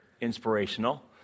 inspirational